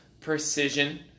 precision